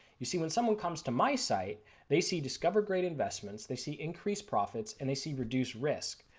you see when someone comes to my site they see discover great investments, they see increase profits and they see reduce risk.